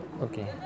Okay